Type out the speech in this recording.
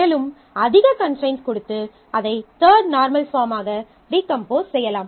மேலும் அதிக கன்ஸ்ட்ரைன்ட்ஸ் கொடுத்து அதை தர்ட் நார்மல் பாஃர்ம்மாக டீகம்போஸ் செய்யலாம்